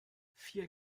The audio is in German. vier